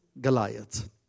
Goliath